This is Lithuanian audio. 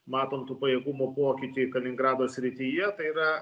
matom tų pajėgumų pokytį kaliningrado srityje tai yra